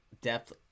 depth